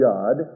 God